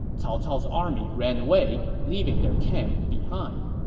cao cao's army ran away, leaving their camp behind.